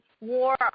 war